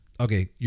okay